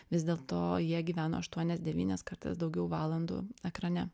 vis dėlto jie gyveno aštuonias devynias kartais daugiau valandų ekrane